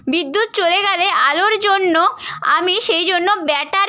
বিদ্যুৎ চলে গেলে আলোর জন্য আমি সেই জন্য ব্যাটারি